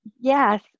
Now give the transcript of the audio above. yes